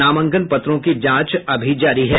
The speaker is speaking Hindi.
नामांकन पत्रों की जांच अभी जारी है